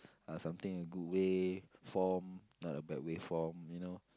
uh something a good way form not a bad way form you know